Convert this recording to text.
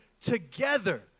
together